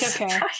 okay